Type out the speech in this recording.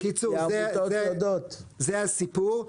זה הסיפור.